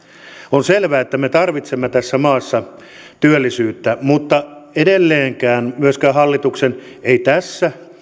on selvää että me tarvitsemme tässä maassa työllisyyttä mutta edelleenkään ei hallituksen tässä